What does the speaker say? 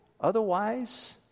Otherwise